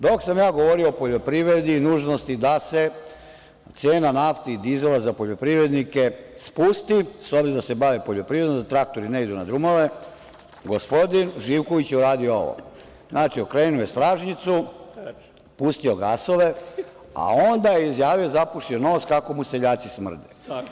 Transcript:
Dok sam ja govorio o poljoprivredi i nužnosti da se cena nafte i dizela za poljoprivrednike spusti, s obzirom da se bave poljoprivredom, da traktori ne idu na drumove, gospodin Živković je uradio ovo, okrenuo je stražnjicu, pustio gasove, a onda je izjavio, zapušio nos, kako mu seljaci smrde.